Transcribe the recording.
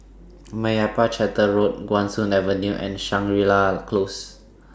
Meyappa Chettiar Road Guan Soon Avenue and Shangri La Close